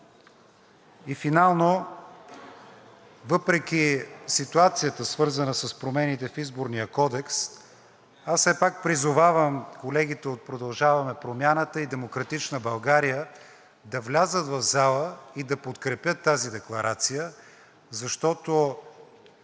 И финално, въпреки ситуацията, свързана с промените в Изборния кодекс, аз все пак призовавам колегите от „Продължаваме Промяната“ и „Демократична България“ да влязат в залата и да подкрепят тази декларация, защото